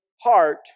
heart